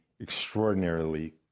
extraordinarily